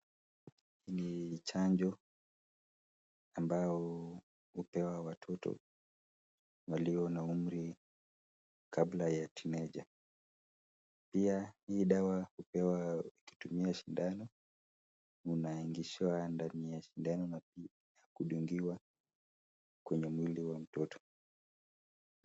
Ni chanjo ambayo hupewa watoto walio na umri kabla ya tineja. Pia hii dawa hupewa kutumia shindano. Unaingishwa ndani ya shindano na kudungiwa kwenye mwili wa mtoto ili kuzuia magonjwa Fulani.